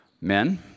Men